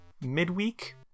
midweek